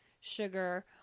sugar